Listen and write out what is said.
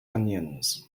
onions